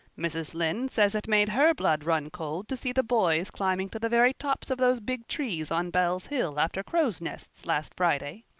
mrs. lynde says it made her blood run cold to see the boys climbing to the very tops of those big trees on bell's hill after crows' nests last friday,